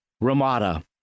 Ramada